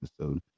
episode